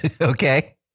Okay